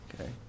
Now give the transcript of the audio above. Okay